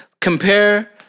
Compare